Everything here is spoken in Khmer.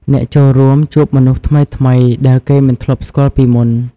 អ្នកចូលរួមជួបមនុស្សថ្មីៗដែលគេមិនធ្លាប់ស្គាល់ពីមុន។